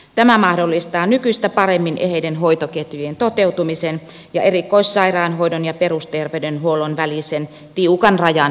tämä mahdollistaa nykyistä paremmin eheiden hoitoketjujen toteutumisen ja erikoissairaanhoidon ja perusterveyden huollon välisen tiukan rajan häivyttämisen